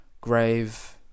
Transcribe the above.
grave